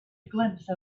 glimpse